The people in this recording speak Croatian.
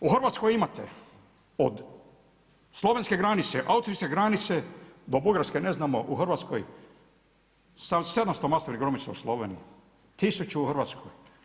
U Hrvatskoj imate od slovenske granice, austrijske granice do Bugarske ne znamo u Hrvatskoj 700 masovnih grobnica u Sloveniji, 1000 u Hrvatskoj.